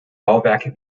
bauwerke